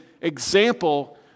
example